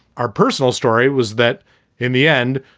our personal story was that in the end,